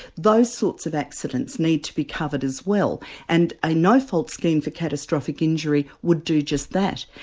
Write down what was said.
those sorts of accidents need to be covered as well. and a no fault scheme for catastrophic injury would do just that.